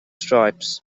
stripes